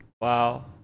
wow